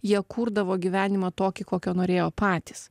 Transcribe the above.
jie kurdavo gyvenimą tokį kokio norėjo patys